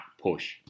push